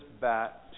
back